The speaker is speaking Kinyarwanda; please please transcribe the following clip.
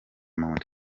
mount